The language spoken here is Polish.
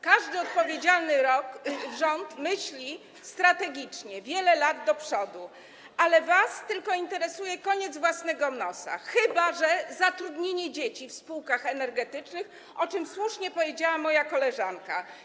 Każdy odpowiedzialny rząd myśli strategicznie, wiele lat do przodu, ale was interesuje tylko koniec własnego nosa, chyba że chodzi o zatrudnienie dzieci w spółkach energetycznych, o czym słusznie powiedziała moja koleżanka.